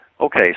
Okay